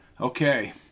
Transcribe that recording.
Okay